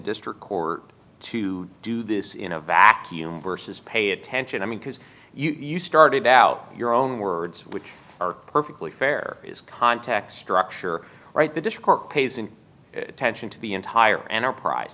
district court to do this in a vacuum versus pay attention i mean because you started out your own words which are perfectly fair use context structure right the disc work pays in tension to the entire enterprise